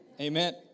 Amen